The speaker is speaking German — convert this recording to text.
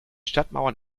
stadtmauern